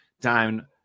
down